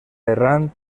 errant